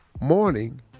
morning